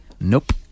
Nope